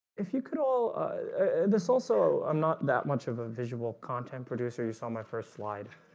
if you could all this also, i'm not that much of a visual content producer you saw my first slide